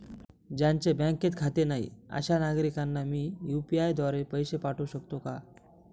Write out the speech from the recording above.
ज्यांचे बँकेत खाते नाही अशा नागरीकांना मी यू.पी.आय द्वारे पैसे पाठवू शकतो का?